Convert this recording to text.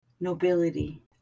nobility